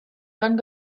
gan